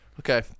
Okay